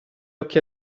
occhi